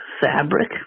fabric